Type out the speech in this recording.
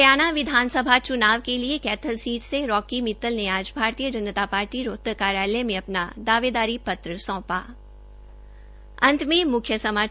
हरियाणा विधानसभा च्नाव के लिए कैथल सीट से रॉकी मित्तल ने आज भारतीय जनता पार्टी रोहतक कार्यालय में अपना दावेदारी पत्र सौंपा